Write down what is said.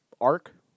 arc